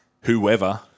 whoever